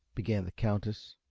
began the countess.